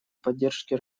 поддержке